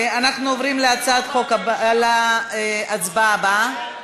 רבותי, אנחנו עוברים להצבעה הבאה.